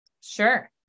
Sure